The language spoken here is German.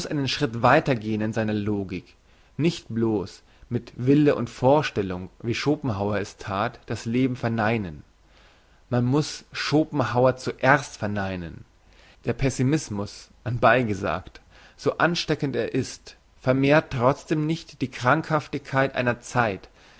einen schritt weiter gehn in seiner logik nicht bloss mit wille und vorstellung wie schopenhauer es that das leben verneinen man muss schopenhauern zuerst verneinen der pessimismus anbei gesagt so ansteckend er ist vermehrt trotzdem nicht die krankhaftigkeit einer zeit